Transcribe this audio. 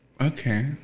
Okay